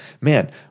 man